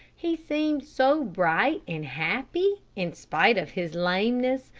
he seemed so bright and happy, in spite of his lameness,